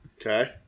Okay